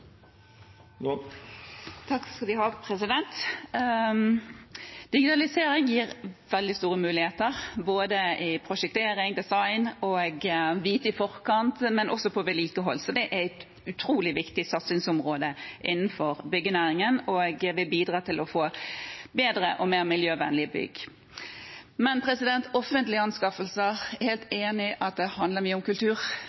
Digitalisering gir veldig store muligheter, både i prosjektering og design, det å vite i forkant, og også på vedlikehold. Så det er et utrolig viktig satsingsområde innenfor byggenæringen og vil bidra til at vi får bedre og mer miljøvennlige bygg. Når det gjelder offentlige anskaffelser, er jeg helt